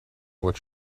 what